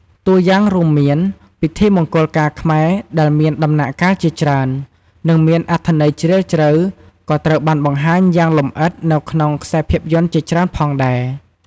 តួយ៉ាងរួមមាន ពិធីមង្គលការខ្មែរដែលមានដំណាក់កាលជាច្រើន និងមានអត្ថន័យជ្រាលជ្រៅ ក៏ត្រូវបានបង្ហាញយ៉ាងលម្អិតនៅក្នុងខ្សែភាពយន្តជាច្រើនផងដែរ។